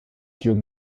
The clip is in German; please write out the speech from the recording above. jürgen